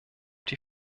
die